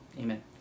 Amen